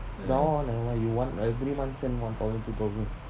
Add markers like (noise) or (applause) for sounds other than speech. (noise) every month send one thousand two thousand